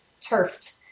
turfed